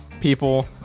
people